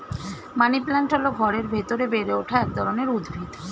money plant হল ঘরের ভেতরে বেড়ে ওঠা এক ধরনের উদ্ভিদ